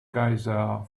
giza